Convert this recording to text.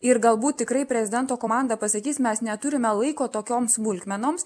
ir galbūt tikrai prezidento komanda pasakys mes neturime laiko tokioms smulkmenoms